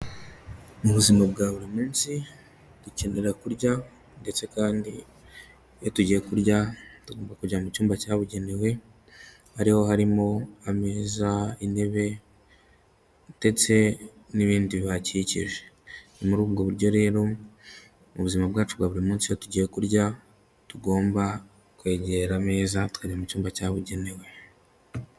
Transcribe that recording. Mu buzima bwa buri munsi dukenera kurya ndetse kandi iyo tugiye kurya tugomba kujya mu cyumba cyabugenewe ariho harimo ameza, intebe ndetse n'ibindi bihakikije ni muri ubwo buryo rero mu buzima bwacu bwa buri munsi iyo tugiye kurya tugomba kwegera ameza tukajya mu cyumba cyabugenewe.